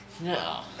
No